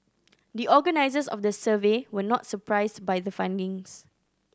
the organisers of the survey were not surprised by the findings